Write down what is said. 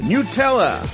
Nutella